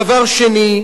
דבר שני,